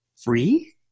free